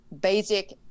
basic